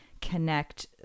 connect